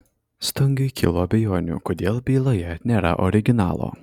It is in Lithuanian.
stungiui kilo abejonių kodėl byloje nėra originalo